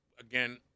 Again